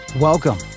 Welcome